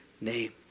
name